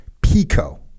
Pico